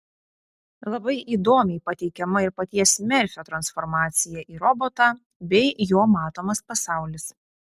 labai įdomiai pateikiama ir paties merfio transformacija į robotą bei jo matomas pasaulis